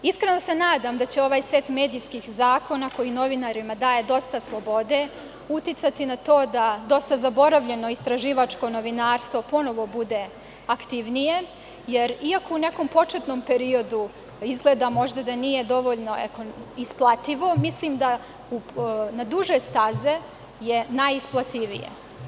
Iskreno se nadam da će ovaj set medijskih zakona, koji novinarima daje dosta slobode, uticati na to da dosta zaboravljeno istraživačko novinarstvo ponovo bude aktivnije, jer, iako u nekom početnom periodu izgleda možda da nije dovoljno isplativo, mislim da je na duže staze najisplativije.